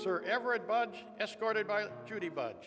sir everett budge escorted by judy bu